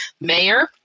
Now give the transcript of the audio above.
mayor